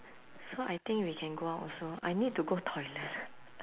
so I think we can go out also I need to go toilet